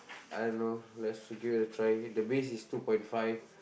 I don't know let's give it a try the base is two point five